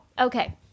okay